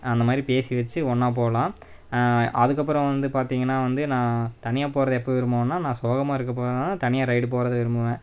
அந்தமாதிரி பேசி வெச்சி ஒன்றா போகலாம் அதுக்கப்புறம் வந்து பார்த்திங்கனா வந்து நான் தனியாகப் போகிறது எப்போ விரும்புவேனா நான் சோகமாக இருக்கும்போதுதான் தனியாக ரைடு போகிறத விரும்புவேன்